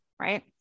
right